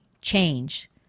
change